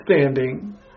standing